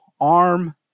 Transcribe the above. ARM